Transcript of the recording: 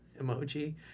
emoji